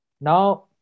Now